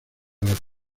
las